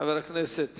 חבר הכנסת